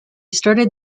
started